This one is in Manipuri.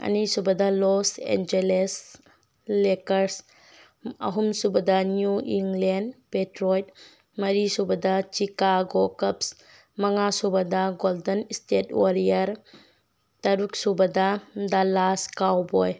ꯑꯅꯤꯁꯨꯕꯗ ꯂꯣꯁ ꯑꯦꯟꯖꯦꯜꯂꯤꯁ ꯂꯦꯀꯔꯁ ꯑꯍꯨꯝ ꯁꯨꯕꯗ ꯅ꯭ꯌꯨ ꯏꯪꯂꯦꯟ ꯄꯦꯇ꯭ꯔꯣꯏꯠ ꯃꯔꯤ ꯁꯨꯕꯗ ꯆꯤꯀꯥꯒꯣ ꯀꯞꯁ ꯃꯉꯥ ꯁꯨꯕꯗ ꯒꯣꯜꯗꯟ ꯏꯁꯇꯦꯠ ꯋꯥꯔꯤꯌꯔ ꯇꯔꯨꯛ ꯁꯨꯕꯗ ꯗ ꯂꯥꯁ ꯀꯥꯎ ꯕꯣꯏ